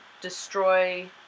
destroy